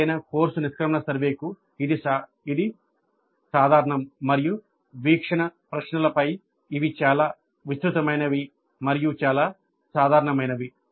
ఏదైనా కోర్సు నిష్క్రమణ సర్వేకు ఇది సాధారణం మరియు వీక్షణ ప్రశ్నల పై ఇవి చాలా విస్తృతమైనవి మరియు చాలా సాధారణమైనవి